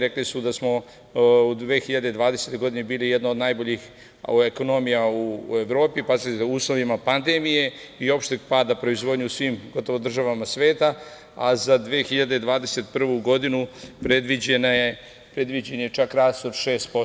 Rekli su da smo u 2020. godini bili jedna od najboljih ekonomija u Evropi u uslovima pandemije i opšteg pada proizvodnje u gotovo svim državama sveta, a za 2021. godinu predviđen je čak rast od 6%